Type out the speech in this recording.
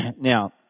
Now